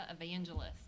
evangelist